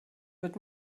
wird